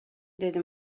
деди